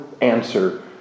answer